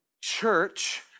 church